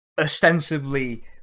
ostensibly